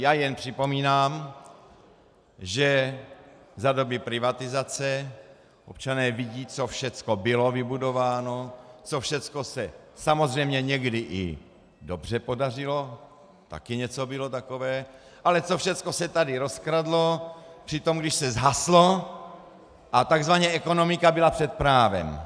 Já jen připomínám, že za doby privatizace občané vidí, co všecko bylo vybudováno, co všecko se samozřejmě někdy i dobře podařilo, taky něco bylo takové, ale co všecko se tady rozkradlo při tom, když se zhaslo a takzvaně ekonomika byla před právem.